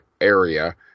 area